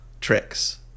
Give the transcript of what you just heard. tricks